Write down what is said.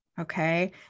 Okay